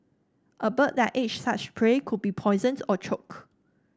a bird that ate such prey could be poisoned or choke